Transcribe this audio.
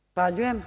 Zahvaljujem.